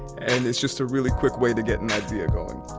and it's just a really quick way to get an idea going.